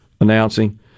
announcing